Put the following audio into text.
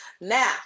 now